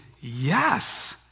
yes